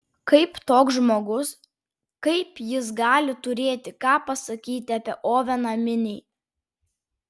kaip toks žmogus kaip jis gali turėti ką pasakyti apie oveną minį